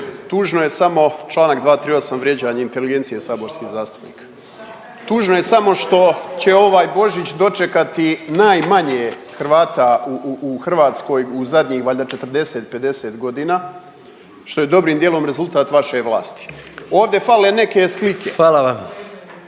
Tužno je samo članak 238. vrijeđanje inteligencije saborskih zastupnika. Tužno je samo što će ovaj Božić dočekati najmanje Hrvata u Hrvatskoj u zadnjih valjda 40, 50 godina što je dobrim dijelom rezultat vaše vlasti. Ovdje fale neke slike.